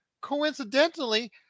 coincidentally